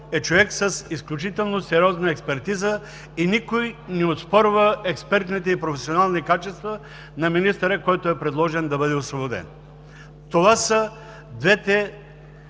е човек с изключително сериозна експертиза и никой не оспорва експертните и професионалните качества на министъра, който е предложен да бъде освободен. Това са двете